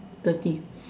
thirty